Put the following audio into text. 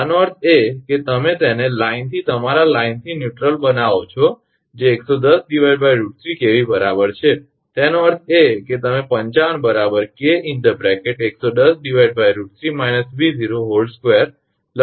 આનો અર્થ એ કે તમે તેને લાઇનથી તમારા લાઇનથી ન્યૂટ્રલ બનાવો છો જે 110√3 𝑘𝑉 બરાબર છે તેનો અર્થ એ કે તમે 55 𝐾110√3−𝑉02 લખી શકો છો